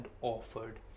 offered